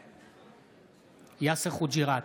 בעד יאסר חוג'יראת,